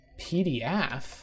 PDF